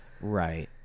Right